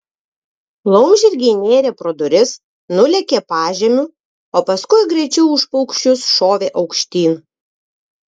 laumžirgiai nėrė pro duris nulėkė pažemiu o paskui greičiau už paukščius šovė aukštyn